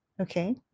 okay